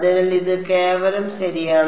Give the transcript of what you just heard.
അതിനാൽ ഇത് കേവലം ശരിയാണ്